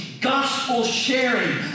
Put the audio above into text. gospel-sharing